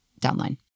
downline